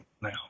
now